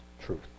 truth